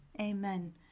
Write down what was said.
Amen